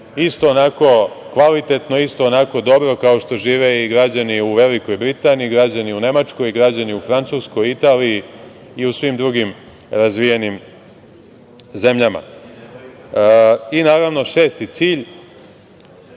isto onako kvalitetno, isto onako dobro kao što žive i građani u Velikoj Britaniji, građani u Nemačkoj, građani u Francuskoj, Italiji i u svim drugim razvijenim zemljama. Šesti cilj,